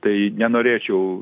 tai nenorėčiau